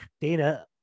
Dana